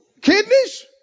kidneys